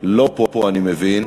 לא פה, אני מבין,